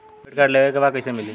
Debit card लेवे के बा कईसे मिली?